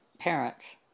parents